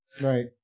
Right